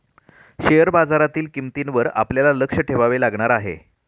share बाजारातील किंमतींवर आपल्याला लक्ष ठेवावे लागणार आहे